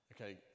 okay